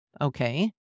Okay